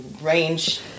range